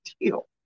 deal